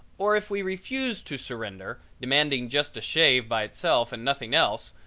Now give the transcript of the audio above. or if we refuse to surrender, demanding just a shave by itself and nothing else,